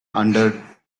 under